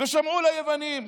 ושמעו ליוונים,